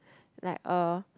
like uh